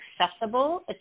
accessible